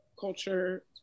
culture